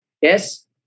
Yes